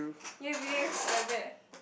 yes yes like that